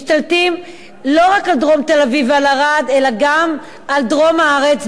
משתלטים לא רק על דרום תל-אביב ועל ערד אלא גם על דרום הארץ,